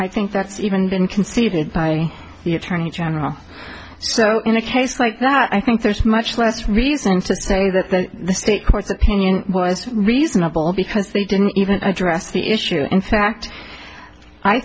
i think that's even been conceded by the attorney general so in a case like that i think there's much less reason to say that the state courts opinion was reasonable because they didn't even address the issue in fact i